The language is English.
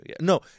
No